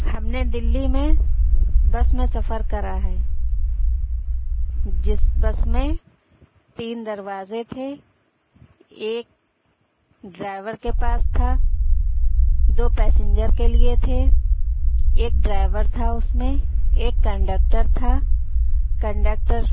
ہم نے دلّی میں بس میں سفر کرا ہے جس بس میں تین دروازے تھے ایک ڈرائیور کے پاس تھا دو پیسنجر کے لیے تھے ایک ڈرائیور تھا اس میں ایک کنڈکٹر تھا کنڈکٹر